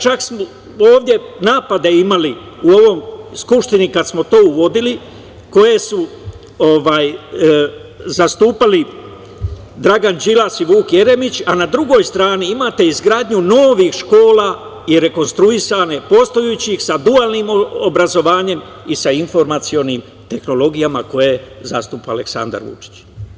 Čak smo ovde napade imali u ovoj Skupštini kada smo to uvodili, koje su zastupali Dragan Đilas i Vuk Jeremić, a na drugoj strani imate izgradnju novih škola i rekonstruisane postojeće sa dualnim obrazovanjem i sa informacionim tehnologijama koje zastupa Aleksandar Vučić.